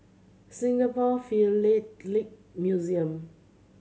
Singapore Philatelic Museum